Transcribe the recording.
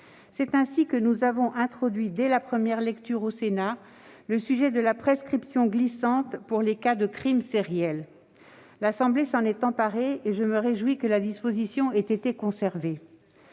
C'est ainsi que nous avons introduit, dès la première lecture au Sénat, la prescription glissante pour les cas de crimes sériels. L'Assemblée nationale s'en est emparée, et je me réjouis que la disposition ait été conservée.